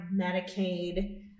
medicaid